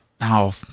now